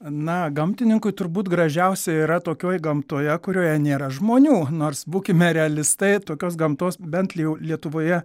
na gamtininkui turbūt gražiausia yra tokioj gamtoje kurioje nėra žmonių nors būkime realistai tokios gamtos bent liau lietuvoje